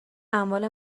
اموال